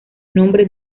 nombre